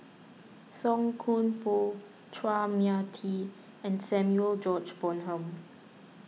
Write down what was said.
Song Koon Poh Chua Mia Tee and Samuel George Bonham